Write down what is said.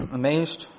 amazed